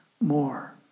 more